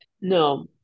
No